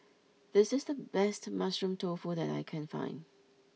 this is the best Mushroom Tofu that I can find